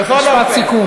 בכל אופן, משפט סיכום.